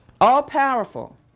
all-powerful